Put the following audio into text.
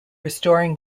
restoring